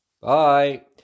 Bye